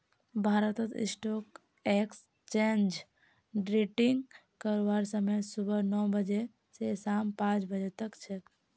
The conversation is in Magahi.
भारतत स्टॉक एक्सचेंज ट्रेडिंग करवार समय सुबह नौ बजे स शाम पांच बजे तक छेक